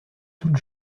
toute